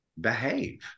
behave